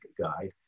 Guide